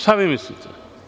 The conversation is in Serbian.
Šta vi mislite?